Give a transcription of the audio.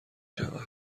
شود